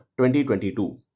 2022